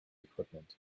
equipment